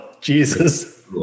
Jesus